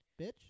bitch